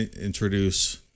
introduce